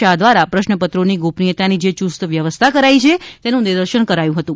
શાહ દ્વારા પ્રશ્નપત્રોની ગોપનીયતાની જે યુસ્તવ્યવસ્થા કરાઇ છે તેનું નિર્દશન કરાયું હતું